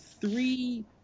three